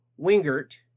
Wingert